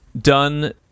done